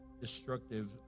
destructive